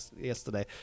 yesterday